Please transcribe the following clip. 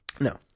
No